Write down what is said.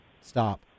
stop